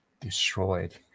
destroyed